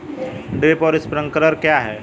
Drip और sprinkler क्या हैं?